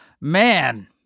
Man